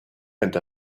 and